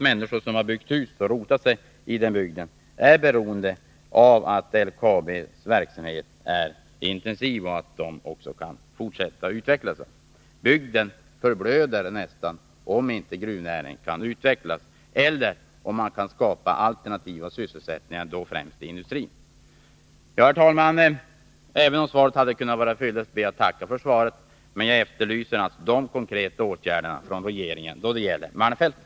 Människor som har byggt hus och rotat sig i den här bygden är beroende av att: LKAB:s verksamhet är intensiv och kan utvecklas. Bygden förblöder nästan om inte gruvnäringen kan utvecklas eller alternativ sysselsättning skapas, främst inom industrin. Herr talman! Svaret hade visserligen kunnat vara fylligare, men jag ber ändå att få tacka för det. Jag efterlyser samtidigt svar på frågan om de konkreta åtgärder regeringen tänker vidta då det gäller malmfälten.